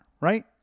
right